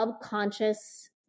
subconscious